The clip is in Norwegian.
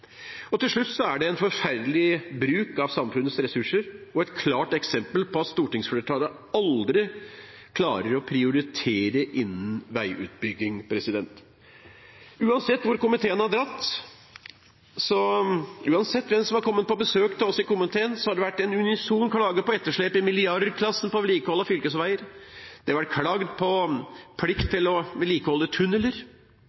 miljøpolitikk. Til slutt er det en forferdelig bruk av samfunnets ressurser og et klart eksempel på at stortingsflertallet aldri klarer å prioritere innen veiutbygging. Uansett hvor komiteen har dratt, og uansett hvem som har kommet på besøk til oss i komiteen, har det vært en unison klage på etterslep i milliardklassen på vedlikehold av fylkesveier, det har vært klaget på plikt